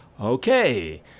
Okay